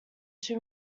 too